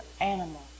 animal